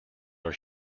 are